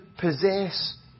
possess